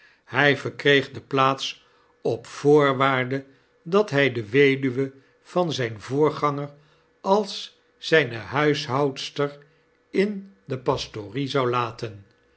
hy verkreeg de plaats op voorwaarde dat hy de weduwe van zijn voorganger als zijne huishoudster in de pastorie zou laten